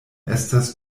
estas